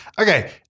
Okay